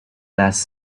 last